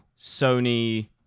Sony